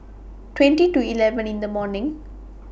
twenty to eleven in The morning